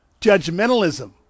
judgmentalism